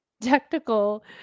technical